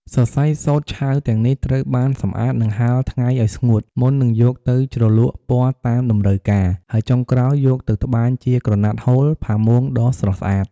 សរសៃសូត្រឆៅទាំងនេះត្រូវបានសម្អាត និងហាលថ្ងៃឲ្យស្ងួត មុននឹងយកទៅជ្រលក់ពណ៌តាមតម្រូវការ ហើយចុងក្រោយយកទៅត្បាញជាក្រណាត់ហូល ផាមួងដ៏ស្រស់ស្អាត។